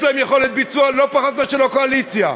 יש להם יכולת ביצוע לא פחות מאשר לקואליציה.